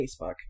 Facebook